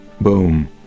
Boom